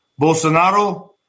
Bolsonaro